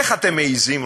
איך אתם מעזים,